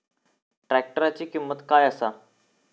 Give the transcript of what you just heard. ट्रॅक्टराची किंमत काय आसा?